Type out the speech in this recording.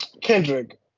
Kendrick